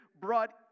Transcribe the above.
brought